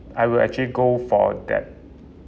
I will actually go for that